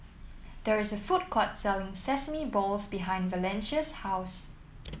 there is a food court selling Sesame Balls behind Valencia's house